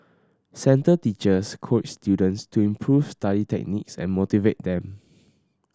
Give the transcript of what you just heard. centre teachers coach students to improve study techniques and motivate them